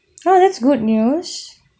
oh that's good news